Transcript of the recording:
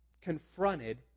confronted